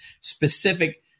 specific